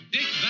Dick